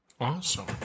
Awesome